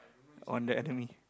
on the enemy